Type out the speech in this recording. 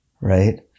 Right